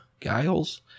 Giles